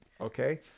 Okay